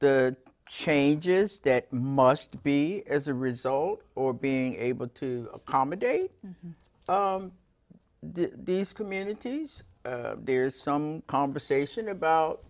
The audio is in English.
the changes that must be as a result or being able to accommodate these communities there's some conversation about